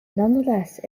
nonetheless